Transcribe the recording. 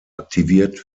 aktiviert